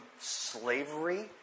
slavery